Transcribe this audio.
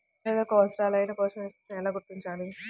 నేలలకు అవసరాలైన పోషక నిష్పత్తిని ఎలా గుర్తించాలి?